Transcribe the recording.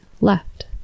left